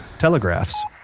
telegraphs